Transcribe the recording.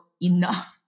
enough